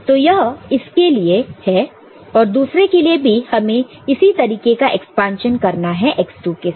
तो यह इसके लिए है और दूसरे के लिए भी हमें इसी तरीके का एक्सपांशन करना है x2 के साथ